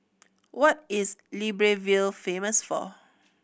what is Libreville famous for